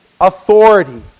authority